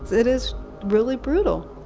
it is really brutal.